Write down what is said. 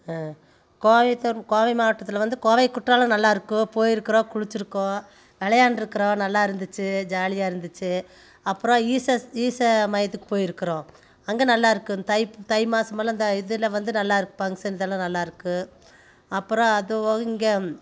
கோயமுத்தூர் கோவை மாவட்டத்தில் வந்து கோவை குற்றாலம் நல்லாயிருக்கும் போயிருக்கிறோம் குளிச்சியிருக்கோம் விளையாண்ருக்குறோம் நல்லாயிருந்துச்சி ஜாலியாக இருந்துச்சு அப்புறம் ஈசஸ் ஈஷா மையத்துக்கு போயிருக்கிறோம் அங்கே நல்லாயிருக்கு தை தை மாதமலாம் இந்த இதில் வந்து நல்லாயிருக்கும் ஃபங்ஷன்ஸ் எல்லாம் நல்லாயிருக்கும் அப்புறம் அது போக இங்கே